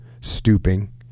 stooping